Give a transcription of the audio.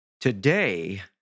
Today